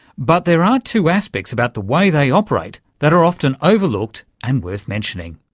but there are two aspects about the way they operate that are often overlooked and worth mentioning.